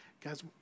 Guys